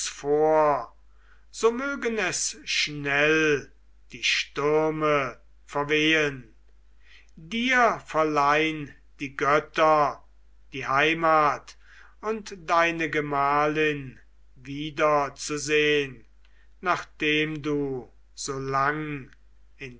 so mögen es schnell die stürme verwehen dir verleihn die götter die heimat und deine gemahlin wieder zu sehn nachdem du so lang